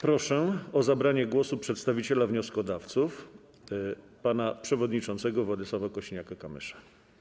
Proszę o zabranie głosu przedstawiciela wnioskodawców pana przewodniczącego Władysława Kosiniaka-Kamysza.